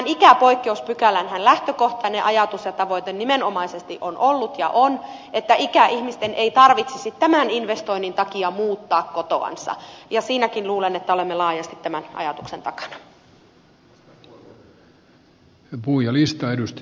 tämän ikäpoikkeuspykälän lähtökohtainen ajatus ja tavoitehan nimenomaisesti on ollut ja on että ikäihmisten ei tarvitsisi tämän investoinnin takia muuttaa kotoansa ja siinäkin luulen että olemme laajasti tämän ajatuksen takana